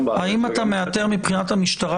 האם אתה מאתר מבחינת המשטרה,